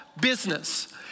business